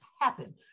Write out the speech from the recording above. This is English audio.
happen